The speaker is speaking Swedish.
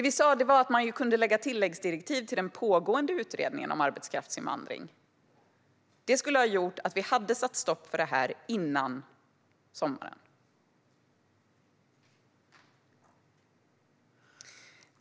Vi sa att man kunde göra tilläggsdirektiv till den pågående utredningen om arbetskraftsinvandring. Då hade vi kunnat sätta stopp för detta före sommaren.